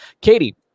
Katie